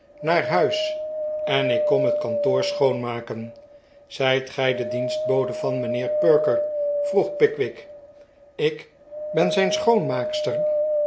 naar huis en ik kom het kantoor schoonmaken zijt gij de dienstbode van mijnheer perker vroeg pickwick ik ben zijn schoonmaakster